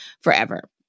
forever